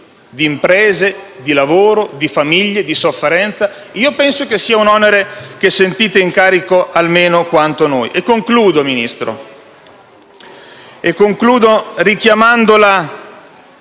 di imprese, di lavoro, di famiglie, di sofferenza. Penso che sia un onere che sentite in carico almeno quanto noi. Ministro, concludo richiamandola